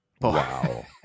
Wow